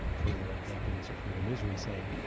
um further unhappiness or further misery, say.